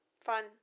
Fun